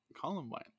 Columbine